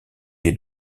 les